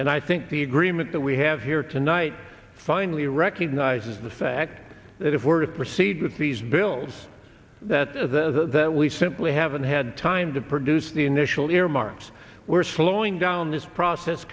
and i think the agreement that we have here tonight finally recognises the fact that if word of proceed with these bills that there is a that we simply haven't had time to produce the initial earmarks we're slowing down this process